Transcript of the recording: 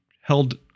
held